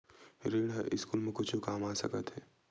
ऋण ह स्कूल मा कुछु काम आ सकत हे?